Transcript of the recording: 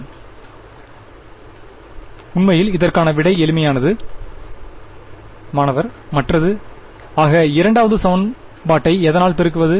மாணவர் உண்மையில் இதற்கான விடை எளிமையானது மாணவர் மற்றது ஆக இரண்டாவது சமன்பாட்டை எதனால் பெருக்குவது